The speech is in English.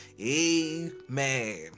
Amen